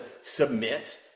submit